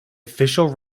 official